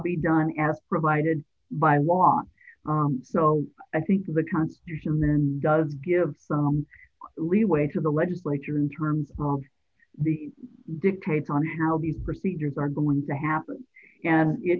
be done and provided by law and so i think the constitution then does give leeway to the legislature in terms of the dictate on how the procedures are going to happen and it